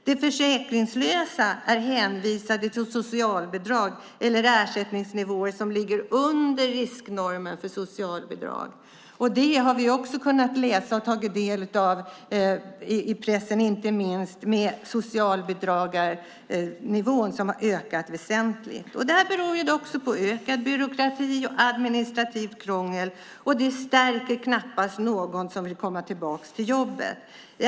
De försäkringslösa är hänvisade till socialbidrag eller ersättningsnivåer som ligger under risknormen för socialbidrag. Det har vi kunnat läsa om i pressen, inte minst när det gäller antalet socialbidragstagare som har ökat väsentligt. Det beror på ökad byråkrati och administrativt krångel. Det stärker knappast någon som vill komma tillbaka till jobbet.